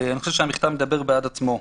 אני חושב שהמכתב מדבר בעד עצמו.